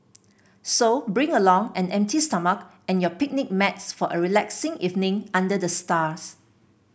so bring along an empty stomach and your picnic mats for a relaxing evening under the stars